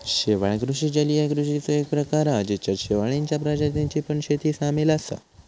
शेवाळ कृषि जलीय कृषिचो एक प्रकार हा जेच्यात शेवाळींच्या प्रजातींची पण शेती सामील असा